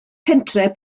pentref